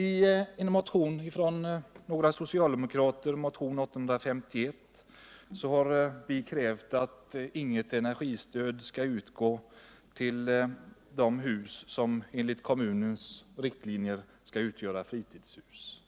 I motionen 1851 har Maj-Lis Landberg och jag krävt att energistöd inte skall utgå till byggnader som enligt kommunens riktlinjer skall utgöra fritidshus.